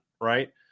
right